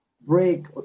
break